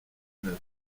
neuf